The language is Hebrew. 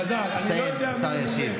אלעזר, אני לא יודע מי ימונה.